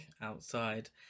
outside